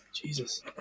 Jesus